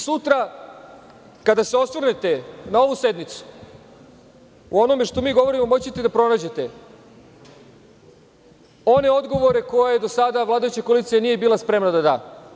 Sutra kada se osvrnete na ovu sednicu u onome što mi govorimo moći ćete da pronađete one odgovore koje do sada vladajuća koalicija nije bila spremna da da.